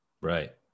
Right